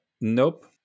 Nope